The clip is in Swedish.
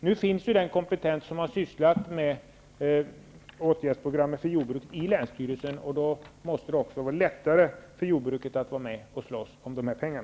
Nu finns den kompetens som har sysslat med åtgärdsprogrammet för jordbruk i länsstyrelsen. Då måste det också vara lättare för jordbruket att vara med och slåss om dessa pengar.